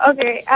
Okay